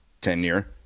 tenure